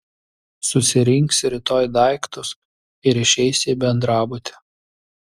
susirinksi rytoj daiktus ir išeisi į bendrabutį